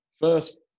First